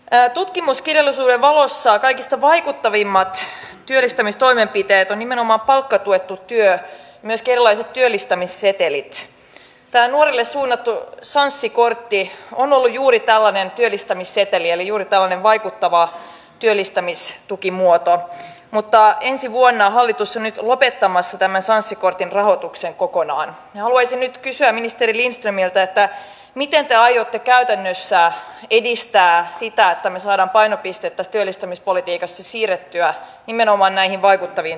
häätutkimuskirjallisuuden valossa kaikista vaikuttavimmaksi työllistämistoimenpiteitä nimenomaan palkkatuettu työ myös kela työllistämissetelitsiä tai toinen asia digitalisaatio otsikkotasolla on ollut juuri tällainen työllistämisseteli eli juuri tällainen vaikuttava työllistämistukimuoto mutta ensi vuonna hallitus nyt lopettamassa tämän sanssi kortin rahoituksen kokonaan haluaisin kysyä ministeri lindströmiltä että miten sellainen joka ei tule onnistumaan ellemme me saada painopistettä työllistämispolitiikassa siirrettyä nimenomaan näihin vaikuttaviin